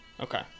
Okay